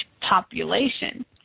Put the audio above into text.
population